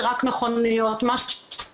זה רק מכוניות -- (שיבוש בקו)